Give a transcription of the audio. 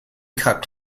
cut